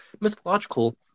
mythological